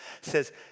says